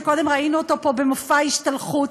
שקודם ראינו אותו פה במופע השתלחות,